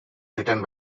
written